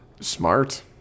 Smart